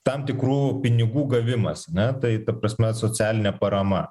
tam tikrų pinigų gavimas na tai ta prasme socialinė parama